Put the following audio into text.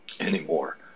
Anymore